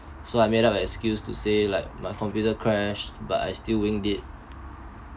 so I made up an excuse to say like my computer crashed but I still wing it